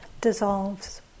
dissolves